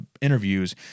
interviews